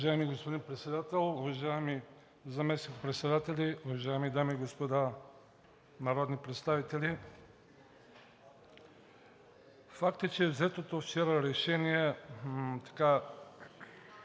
Уважаеми господин Председател, уважаеми заместник-председатели, уважаеми дами и господа народни представители! Факт е, че взетото вчера решение поради